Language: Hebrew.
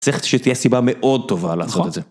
צריך שתהיה סיבה מאוד טובה לעשות את זה.